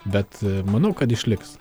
bet manau kad išliks